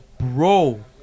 bro